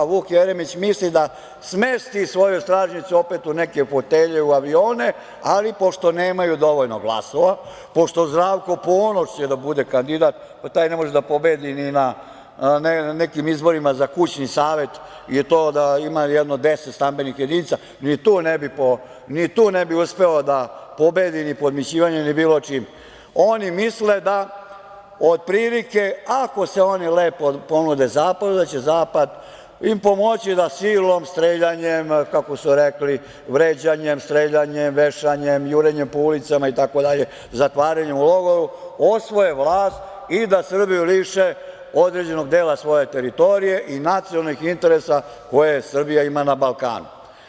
Vuk Jeremić misli da smesti svoju stražnjicu opet u neke fotelje, u avione, ali pošto nemaju dovoljno glasova, pošto će Zdravko Ponoš da bude kandidat, taj ne može da pobedi ni na nekim izborima za kućni savet i to ako ima deset stambenih jedinica, ni tu ne bi uspeo da pobedi, ni podmićivanjem ni bilo čime, oni misle da otprilike ako se oni lepo ponude zapadu, da će im zapad pomoći da silom, streljanjem, vređanjem, vešanjem, jurenjem po ulicama itd, zatvaranjem u logore, osvoje vlast i da Srbiju liše određenog dela svoje teritorije i nacionalnih interesa koje Srbija ima na Balkanu.